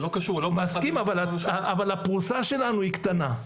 זה לא קשור -- אני מסכים אבל הפרוסה שלנו היא קטנה.